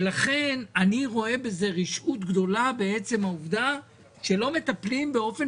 לכן אני רואה רשעות גדולה בעצם העובדה שלא מטפלים באופן